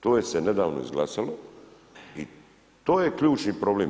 To je se nedavno izglasalo i to je ključni problem.